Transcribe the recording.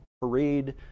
parade